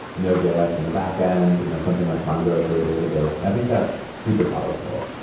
node js in the back-ends and that's something like mongo for their database. and i think that's super powerful.